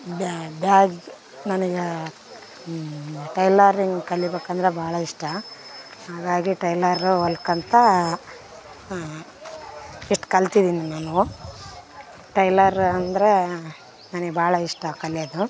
bag bag ನನಗೆ tailoring ಕಲಿಬೇಕಂದ್ರೆ ಭಾಳ ಇಷ್ಟ ಹಾಗಾಗಿ ಟೈಲರು ಹೊಲ್ಕೋತ ಇಷ್ಟು ಕಲ್ತಿದ್ದಿನಿ ನಾನು ಟೈಲರ್ ಅಂದರೆ ನನಗ್ ಭಾಳ ಇಷ್ಟ ಕಲಿಯೋದು